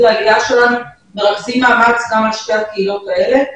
העלייה שלנו מרכזים מאמץ גם על שתי הקהילות האלה.